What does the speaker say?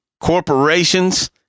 corporations